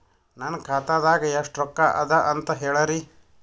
ನನ್ನ ಖಾತಾದಾಗ ಎಷ್ಟ ರೊಕ್ಕ ಅದ ಅಂತ ಹೇಳರಿ?